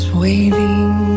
waiting